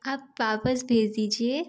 आप वापस भेज दीजिए